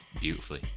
Beautifully